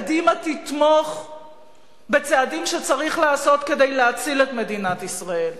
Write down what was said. קדימה תתמוך בצעדים שצריך לעשות כדי להציל את מדינת ישראל.